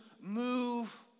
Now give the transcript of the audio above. move